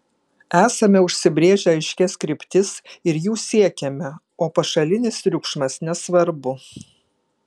esame užsibrėžę aiškias kryptis ir jų siekiame o pašalinis triukšmas nesvarbu